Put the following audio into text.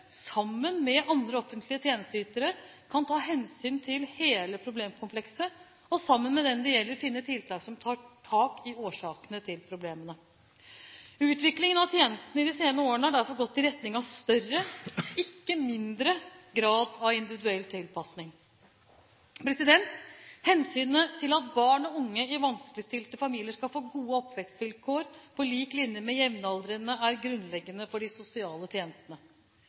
sammen med andre offentlige tjenesteytere kan ta hensyn til hele problemkomplekset, og sammen med den det gjelder, finne tiltak som tar tak i årsakene til problemene. Utviklingen av tjenestene i de senere årene har derfor gått i retning av større – ikke mindre – grad av individuell tilpasning. Hensynet til at barn og unge i vanskeligstilte familier skal få gode oppvekstvilkår på lik linje med jevnaldrende, er grunnleggende for de sosiale tjenestene.